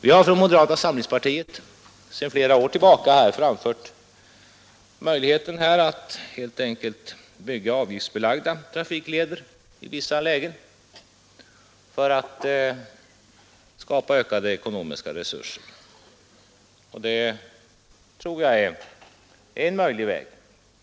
Vi har från moderata samlingspartiet sedan flera år talat för möjligheten att bygga avgiftsbelagda trafikleder i vissa lägen för att skapa ökade ekonomiska resurser. Det tror jag är en möjlig väg.